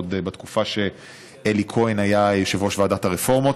עוד בתקופה שאלי כהן היה יושב-ראש ועדת הרפורמות,